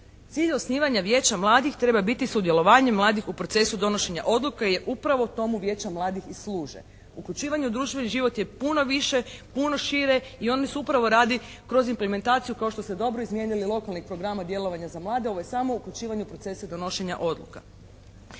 Cilj osnivanja Vijeća mladih treba biti sudjelovanje mladih u procesu donošenja odluke je upravo tomu Vijeća mladih i služe. Uključivanje u društveni život je puno više, puno šire i oni upravo radi kroz implementaciju kao što ste dobro izmijenili lokalnih programa, djelovanja za mlade. Ovo je samo uključivanje u procese donošenja odluka.